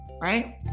right